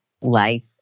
life